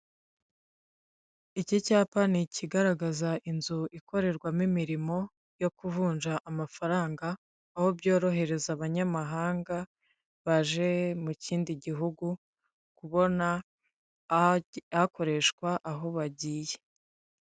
Iki cyapa ni Ikigaragaza inzu ikorerwamo imirimo yo kuvunja amafaranga, aho byorohereza abanyamahanga baje mu kindi gihugu kubona akoreshwa aho bagiye.